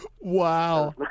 Wow